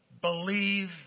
believe